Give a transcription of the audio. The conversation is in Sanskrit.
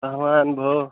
अह्मान् भोः